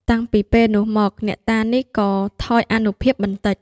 តាំងពីពេលនោះមក អ្នកតានេះក៏ថយអានុភាពបន្តិច ។